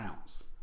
ounce